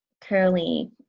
curly